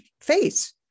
face